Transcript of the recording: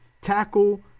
tackle